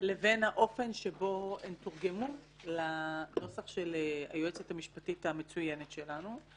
לבין האופן שבו הן תורגמו לנוסח של היועצת המשפטית המצוינת שלנו.